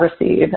receive